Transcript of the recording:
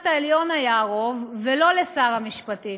העליון היה רוב ולא לשר המשפטים.